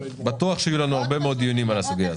בטוח שיהיו לנו עוד הרבה מאוד דיונים על הסוגיה.